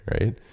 right